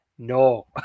No